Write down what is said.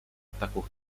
ataku